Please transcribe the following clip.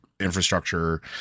infrastructure